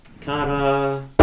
Kara